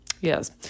Yes